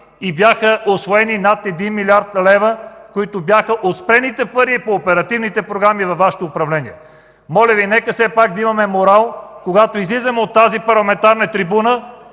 и бяха усвоени над 1 млрд. лв. пари по оперативните програми от Вашето управление. Моля Ви, нека все пак да имаме морал, когато излизаме от тази парламентарна трибуна!